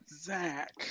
zach